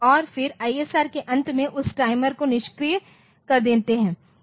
और फिर ISR के अंत में उस टाइमर को निष्क्रिय कर देते हैं